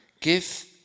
give